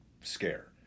scare